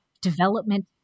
development